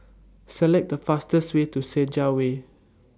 Select The fastest Way to Senja Way